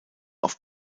auf